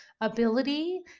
ability